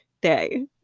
day